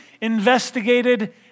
investigated